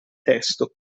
testo